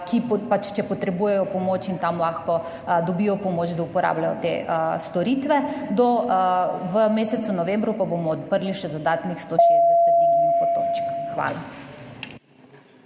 pride, če potrebuje pomoč, in tam lahko dobi pomoč, da uporablja te storitve. V mesecu novembru pa bomo odprli še dodatnih 160 teh info točk. Hvala.